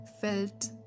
felt